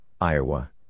Iowa